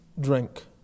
drink